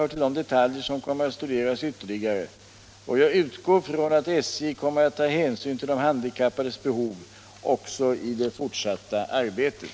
hör till de detaljer som kommer att studeras ytterligare och jag utgår från att SJ kommer att ta hänsyn till de handikappades behov också i det fortsatta arbetet.